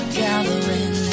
gathering